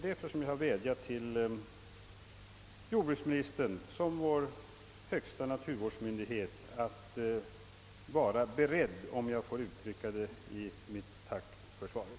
Därför har jag vädjat till jordbruksministern som vår högsta naturvårdsmyndighet att vara beredd, om jag får uttrycka det så. Jag tackar alltså för svaret,